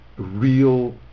Real